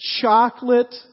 Chocolate